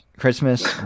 christmas